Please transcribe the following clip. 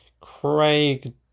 Craig